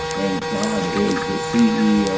and god is the ceo.